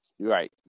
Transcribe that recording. right